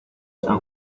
san